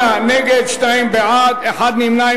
68 נגד, שניים בעד, אחד נמנע.